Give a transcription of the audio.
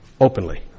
openly